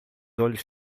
olhos